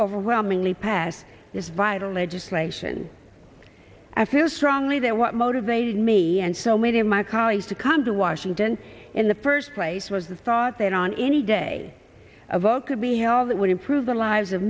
overwhelmingly pass is vital legislation i feel strongly that what motivated me and so many of my colleagues to come to washington in the first place was the thought that on any day of all could be here all that would improve the lives of